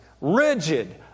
rigid